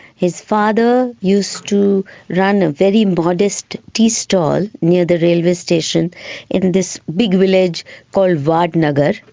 his father used to run a very modest tea stall near the railway station in this big village called vadnagar,